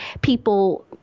people